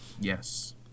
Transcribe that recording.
Yes